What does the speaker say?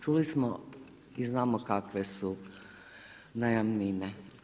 Čuli smo i znamo kakve su najamnine.